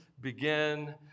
begin